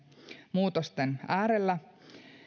muutosten äärellä